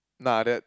nah that